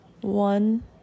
one